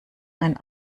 einen